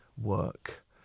work